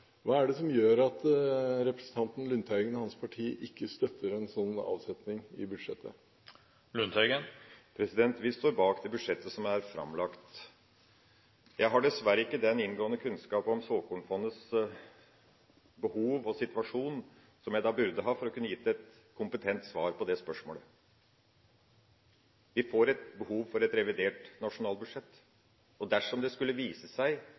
Hva er det som gjør at representanten Lundteigen og hans parti ikke støtter en sånn avsetning i budsjettet? Vi står bak det budsjettet som er framlagt. Jeg har dessverre ikke den inngående kunnskap om såkornfondets behov og situasjon som jeg burde ha for å kunne gi et kompetent svar på det spørsmålet. Vi får et behov for et revidert nasjonalbudsjett, og dersom det skulle vise seg